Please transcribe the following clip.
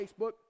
Facebook